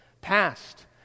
past